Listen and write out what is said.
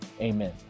Amen